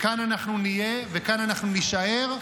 כאן אנחנו נהיה וכאן אנחנו נישאר,